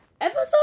episode